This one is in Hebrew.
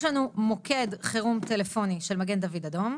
יש לנו מוקד חירום טלפוני של מגן דוד אדום,